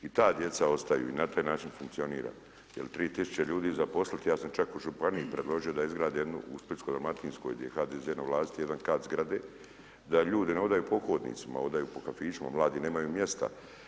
I ta djeca ostaju i na taj način funkcionira jer 3 tisuće ljudi zaposliti, ja sam čak u županiji predložio da izgrade jednu u Splitsko-dalmatinskoj gdje je HDZ na vlasti jedan kat zgrade, da ljudi ne hodaju po hodnicima, hodaju po kafićima, mladi nemaju mjesta.